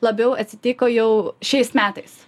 labiau atsitiko jau šiais metais